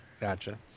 Gotcha